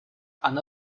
она